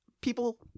People